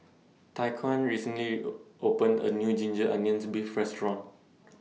Tyquan recently opened A New Ginger Onions Beef Restaurant